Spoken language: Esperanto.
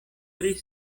tri